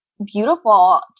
beautiful